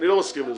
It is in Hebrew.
אני לא מסכים לזה.